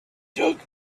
took